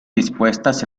dispuestas